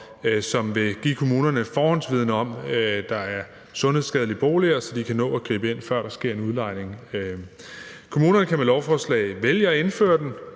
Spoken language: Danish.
som vil give kommunerne forhåndsviden om, hvorvidt der er sundhedsskadelige boliger, så de kan nå at gribe ind, før der sker en udlejning. Kommunerne kan med lovforslaget vælge at indføre den,